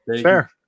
Fair